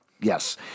Yes